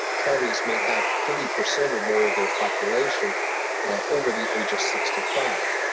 counties may have thirty percent or more of their population over the age of sixty five.